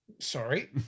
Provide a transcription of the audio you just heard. sorry